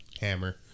Hammer